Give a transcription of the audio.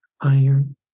iron